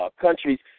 countries